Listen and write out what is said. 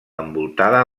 envoltada